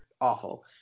awful